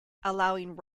allowing